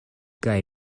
kaj